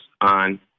on